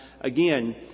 Again